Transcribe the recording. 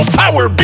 power